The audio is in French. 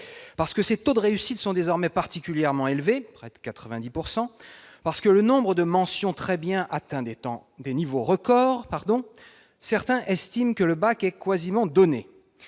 Parce que ses taux de réussite sont désormais particulièrement élevés- près de 90 %-, parce que le nombre de mentions « Très bien » atteint des niveaux records, certains estiment que le baccalauréat est quasiment donné.